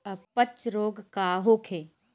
अपच रोग का होखे?